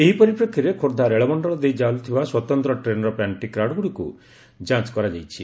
ଏହି ପରିପ୍ରେକ୍ଷୀରେ ଖୋଦ୍ଧା ରେଳମଣ୍ଡଳ ଦେଇ ଚାଲୁଥିବା ସ୍ୱତନ୍ତ ଟ୍ରେନ୍ର ପ୍ୟାଣ୍ରି କାର୍ଗୁଡ଼ିକୁ ଯାଞ କରାଯାଇଛି